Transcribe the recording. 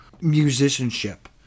musicianship